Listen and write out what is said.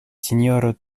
sinjoro